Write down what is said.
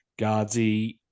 Guardsy